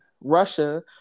Russia